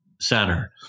center